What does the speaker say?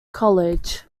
college